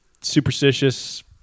superstitious